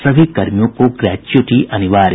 सभी कर्मियों को ग्रेच्यूटी अनिवार्य